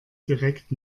direkt